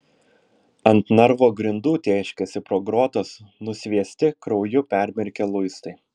ant narvo grindų tėškėsi pro grotas nusviesti krauju permirkę luistai